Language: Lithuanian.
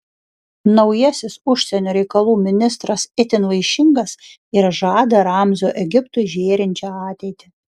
naujasis užsienio reikalų ministras itin vaišingas ir žada ramzio egiptui žėrinčią ateitį